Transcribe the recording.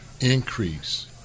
increase